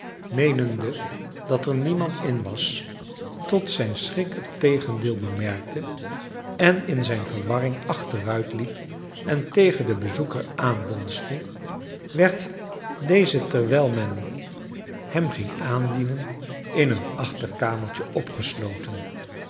meenende dat er niemand in was tot zijn schrik het tegencleel bemerkte en in zijn verwarring achteruitliep en tegen den bezoeker aanbonsde werd deze terwijl men hem ging aandienen in een achterkamertje opgesloten